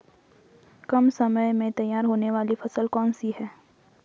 कम समय में तैयार होने वाली फसल कौन सी है?